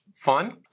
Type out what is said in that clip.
Fun